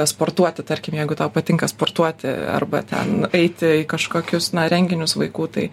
sportuoti tarkim jeigu tau patinka sportuoti arba ten eiti į kažkokius na renginius vaikų tai